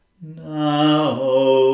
now